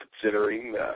considering